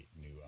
new